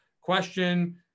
question